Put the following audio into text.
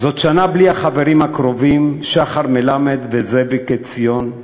זאת שנה בלי החברים הקרובים שחר מלמד וזאביק עציון,